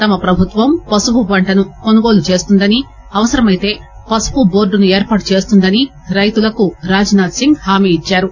తమ ప్రభుత్వం పసుపు పంటను కొనుగోలు చేస్తుందని అవసరమైతే పసుపు బోర్టును ఏర్పాటు చేస్తుందని రైతులకు రాజ్ నాధ్ సింగ్ హామీ ఇచ్చారు